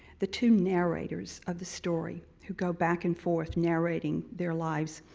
the two narrators of the story who go back and forth narrating their lives.